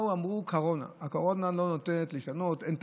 אמרו: קורונה, הקורונה לא נותנת לשנות, אין תקציב.